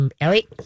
Ellie